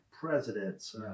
presidents